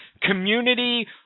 community